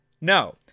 No